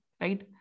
right